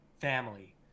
family